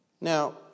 Now